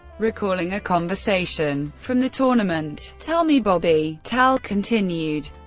recalling a conversation from the tournament tell me, bobby tal continued,